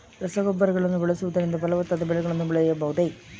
ರಸಗೊಬ್ಬರಗಳನ್ನು ಬಳಸುವುದರಿಂದ ಫಲವತ್ತಾದ ಬೆಳೆಗಳನ್ನು ಬೆಳೆಯಬಹುದೇ?